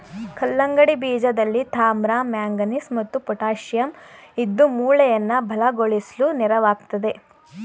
ಕಲ್ಲಂಗಡಿ ಬೀಜದಲ್ಲಿ ತಾಮ್ರ ಮ್ಯಾಂಗನೀಸ್ ಮತ್ತು ಪೊಟ್ಯಾಶಿಯಂ ಇದ್ದು ಮೂಳೆಯನ್ನ ಬಲಗೊಳಿಸ್ಲು ನೆರವಾಗ್ತದೆ